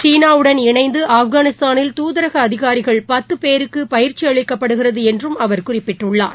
சீனாவுடன் இணைந்துஆப்கானிஸ்தாளில் தூதரகஅதிகாரிகள் பத்துபேருக்குபயிற்சிஅளிக்கப்படுகிறதுஎன்றும் அவர் குறிப்பிட்டுள்ளார்